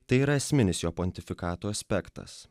tai yra esminis jo pontifikato aspektas